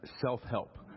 self-help